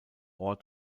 ort